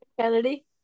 Kennedy